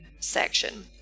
section